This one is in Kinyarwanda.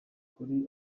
kuri